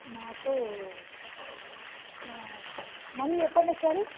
మాకు మళ్ళీ చెప్పండి ఒకసారి